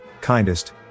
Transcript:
kindest